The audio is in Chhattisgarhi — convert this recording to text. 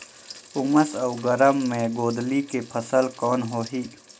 उमस अउ गरम मे गोंदली के फसल कौन होही?